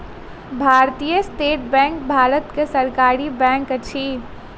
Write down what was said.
भारतीय State Bank Bharat के सरकारी बैंक अछि